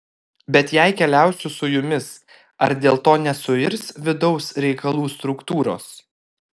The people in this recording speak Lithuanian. bet jei keliausiu su jumis ar dėl to nesuirs vidaus reikalų struktūros